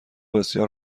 بسیار